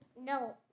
No